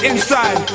Inside